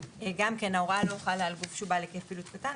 גם כן ההוראה לא חלה על גוף שהוא בעל היקף פעילות קטן.